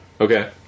Okay